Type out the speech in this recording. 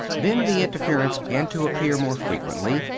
then the interference began to appear more frequently,